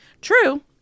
True